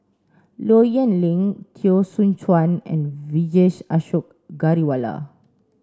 Low Yen Ling Teo Soon Chuan and Vijesh Ashok Ghariwala